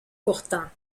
pourtant